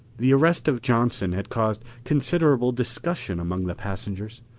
the arrest of johnson had caused considerable discussion among the passengers.